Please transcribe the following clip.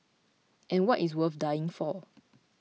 and what is worth dying for